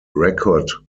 record